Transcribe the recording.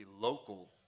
local